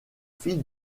fille